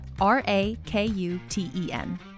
R-A-K-U-T-E-N